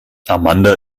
amanda